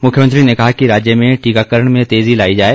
मुख्यमंत्री ने कहा कि राज्य में टीकाकरण में तेजी लाई जाए